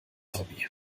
hobby